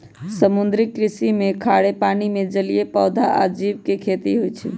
समुद्री कृषि में खारे पानी में जलीय पौधा आ जीव के खेती होई छई